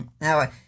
Now